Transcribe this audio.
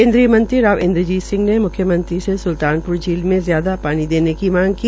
केन्द्रीय मंत्री राव इंद्रजीत सिंह ने मुख्यमंत्री से सुलतानपुर झील से ज्यादा पानी देने की मांग की